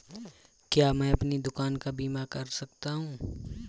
क्या मैं अपनी दुकान का बीमा कर सकता हूँ?